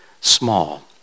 small